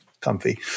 comfy